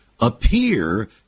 Appear